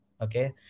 okay